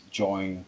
join